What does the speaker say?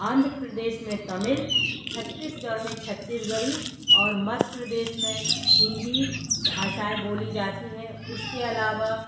आंध्र प्रदेश में तमिल छत्तीसगढ़ में छत्तीसगढ़ी और मध्य प्रदेश में हिंदी भाषाएं बोली जाती हैं उसके अलावा